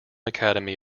academy